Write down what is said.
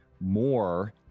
more